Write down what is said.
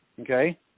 Okay